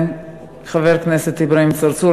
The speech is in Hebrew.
חבר הכנסת אברהים צרצור,